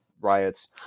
riots